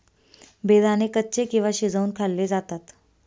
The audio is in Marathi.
बेदाणे कच्चे किंवा शिजवुन खाल्ले जातात